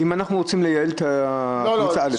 אם אנחנו רוצים לייעל את קבוצה א'.